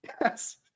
Yes